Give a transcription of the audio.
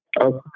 Okay